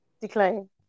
Decline